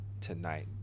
tonight